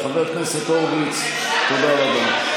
חבר הכנסת הורוביץ, תודה רבה.